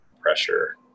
pressure